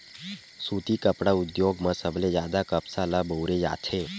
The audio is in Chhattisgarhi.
सुती कपड़ा उद्योग म सबले जादा कपसा ल बउरे जाथे